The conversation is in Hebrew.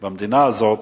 במדינה הזאת,